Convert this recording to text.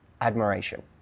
Admiration